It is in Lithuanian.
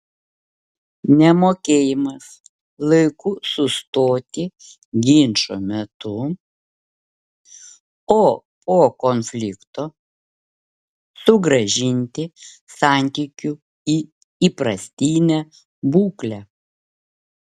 nemokėjimas laiku sustoti ginčo metu o po konflikto sugrąžinti santykių į įprastinę būklę